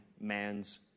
man's